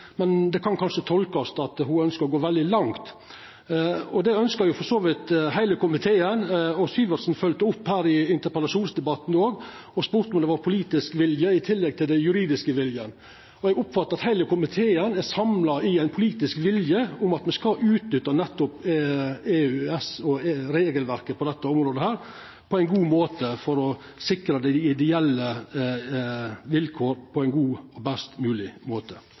men det kan kanskje tolkast som at ho ønskjer å gå veldig langt. Det ønskjer for så vidt heile komiteen, og representanten Syversen følgde opp her i ein interpellasjonsdebatt og spurde om det fanst politisk vilje i tillegg til den juridiske viljen. Eg oppfattar at heile komiteen er samla i ein politisk vilje om at me på ein god måte skal utnytta nettopp EØS-regelverket på dette området, for å sikra ideelle vilkår på ein best mogleg måte. Ideelle organisasjoner har dyktige folk som gir gode helse- og